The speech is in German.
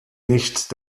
nicht